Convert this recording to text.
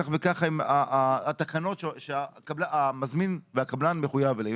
כך וכך התקנות שהמזמין והקבלן מחויב אליהם.